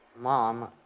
Mom